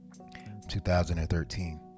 2013